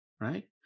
Right